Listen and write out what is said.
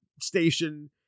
station